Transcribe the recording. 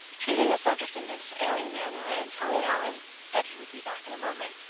treating the subject in this airy manner, and telling allan that he would be back in a moment,